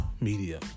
media